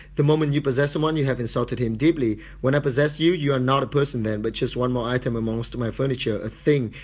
the moment you possess someone you have insulted him deeply. when i possess you, you are not a person then, but just one more item amongst my furniture a thing.